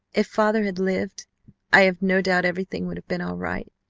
if father had lived i have no doubt everything would have been all right,